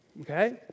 Okay